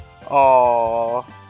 Aww